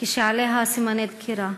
כשעליה סימני דקירה.